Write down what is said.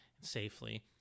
safely